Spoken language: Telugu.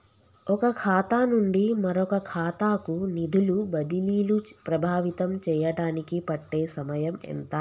ఒక ఖాతా నుండి మరొక ఖాతా కు నిధులు బదిలీలు ప్రభావితం చేయటానికి పట్టే సమయం ఎంత?